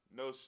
no